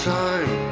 time